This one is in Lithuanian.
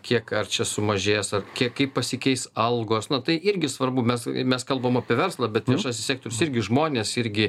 kiek ar čia sumažės ar kiek kaip pasikeis algos na tai irgi svarbu mes mes kalbam apie verslą bet viešasis sektorius irgi žmonės irgi